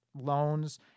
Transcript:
loans